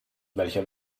welcher